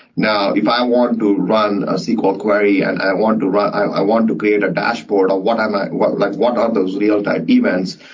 now if i want to run a sql query and i want to run i want to create a dashboard, or what um what like what are those real-time events,